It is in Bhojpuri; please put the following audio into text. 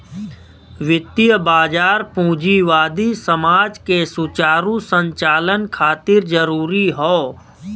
वित्तीय बाजार पूंजीवादी समाज के सुचारू संचालन खातिर जरूरी हौ